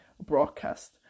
broadcast